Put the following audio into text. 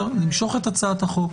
למשוך את הצעת החוק